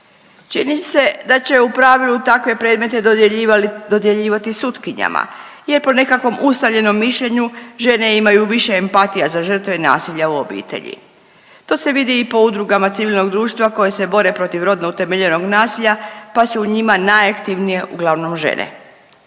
Čini se da će u pravilu takve predmete dodjeljivati sutkinjama jer po nekakvom ustaljenom mišljenju žene imaju više empatija za žrtve nasilja u obitelji. To se vidi i po Udrugama civilnog društva koje se bore protiv rodno utemeljenog nasilja, pa su u njima najaktivnije uglavnom žene.